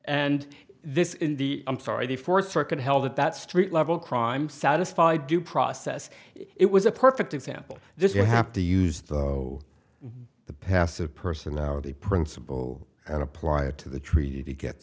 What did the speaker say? and this is the i'm sorry the fourth circuit held that that street level crime satisfy due process it was a perfect example this you have to use the the passive personality principle and apply it to the treaty to get